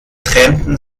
trennten